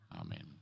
amen